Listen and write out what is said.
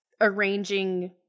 arranging